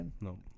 No